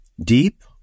deep